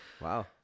wow